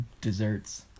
desserts